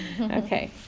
Okay